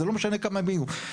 זה לא משנה כמה הם יהיו,